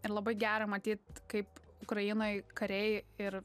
ir labai gera matyt kaip ukrainoj kariai ir